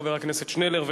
חבר הכנסת שנלר.